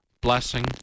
blessing